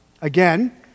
again